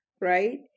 right